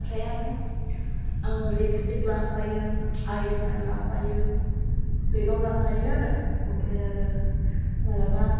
ओमफ्राय आरो आङो लिपस्टिक लाफायो आइलिनार लाफायो बेगाव लाफायो आरो ओमफ्राय आरो माब्लाबा